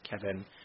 Kevin